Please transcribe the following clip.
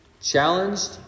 challenged